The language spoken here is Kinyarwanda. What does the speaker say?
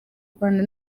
rwanda